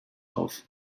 auf